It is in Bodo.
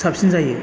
साबसिन जायो